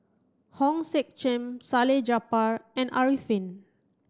Hong Sek Chern Salleh Japar and Arifin